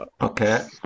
Okay